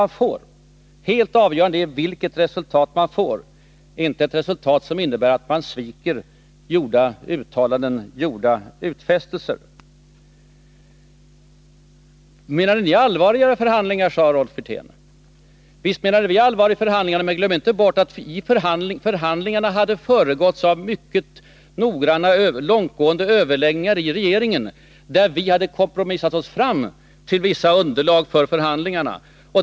Nej, helt avgörande är vilket resultat man får — inte ett resultat som innebär att man frångår sina uttalanden och sviker gjorda utfästelser. Menade ni allvar i era förhandlingar? frågade Rolf Wirtén. Visst menade vi allvar i förhandlingarna. Men glöm inte bort att förhandlingarna hade föregåtts av mycket långtgående överläggningar inom regeringen, där vi hade kompromissat oss fram till vissa underlag för förhandlingarna!